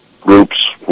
groups